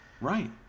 Right